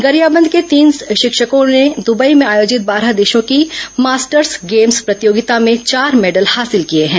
गरियाबंद के तीन शिक्षकों ने दुबई में आयोजित बारह देशों की मास्टर्स गेम्स प्रतियोगिता में चार मैडल हासिल किए हैं